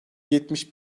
yetmiş